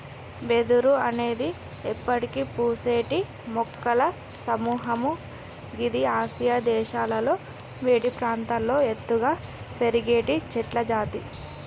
వెదురు అనేది ఎప్పటికి పూసేటి మొక్కల సముహము గిది ఆసియా దేశాలలో వేడి ప్రాంతాల్లో ఎత్తుగా పెరిగేటి చెట్లజాతి